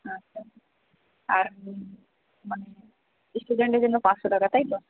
আচ্ছা আর মানে ইস্টুডেন্টের জন্য পাঁচশো টাকা তাই তো